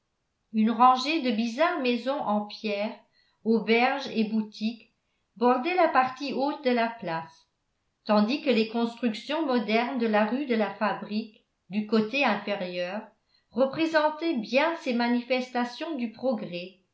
une rangée de bizarres maisons en pierre auberges et boutiques bordait la partie haute de la place tandis que les constructions modernes de la rue de la fabrique du côté inférieur représentaient bien ces manifestations du progrès